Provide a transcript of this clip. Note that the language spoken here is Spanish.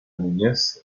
niñez